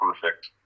perfect